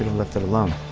left it alone.